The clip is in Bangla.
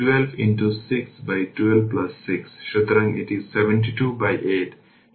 সুতরাং ইউনিট স্টেপ ফাংশনের জন্য u t হল t এর জন্য t 0 এবং t 0 এর জন্য 1